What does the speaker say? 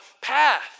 path